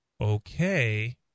okay